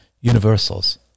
universals